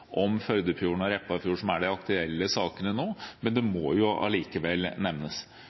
om Førdefjorden og Repparfjorden, som er de aktuelle sakene nå, men det må allikevel nevnes.